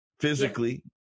physically